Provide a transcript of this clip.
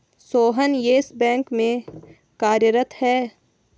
Sohan Yes Bank में कार्यरत है